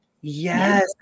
Yes